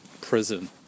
prison